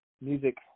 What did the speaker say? music